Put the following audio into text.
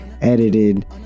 edited